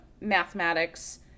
mathematics